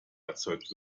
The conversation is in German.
erzeugt